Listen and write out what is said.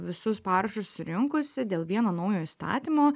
visus parašus rinkusi dėl vieno naujo įstatymo